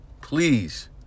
Please